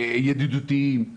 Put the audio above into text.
ידידותיים,